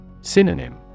Synonym